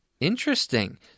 Interesting